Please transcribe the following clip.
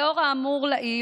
לאור האמור לעיל,